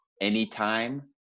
anytime